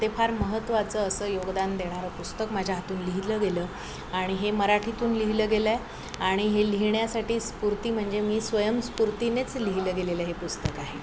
ते फार महत्त्वाचं असं योगदान देणारं पुस्तक माझ्या हातून लिहिलं गेलं आणि हे मराठीतून लिहिलं गेलं आहे आणि हे लिहिण्यासाठी स्फूर्ती म्हणजे मी स्वयंस्फूर्तीनेच लिहिलं गेलेलं हे पुस्तक आहे